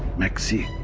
maxi.